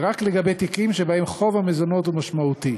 ורק לגבי תיקים שבהם חוב המזונות הוא משמעותי.